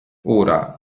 ora